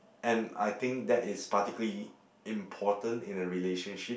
and I think that is particularly important in a relationship